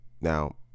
Now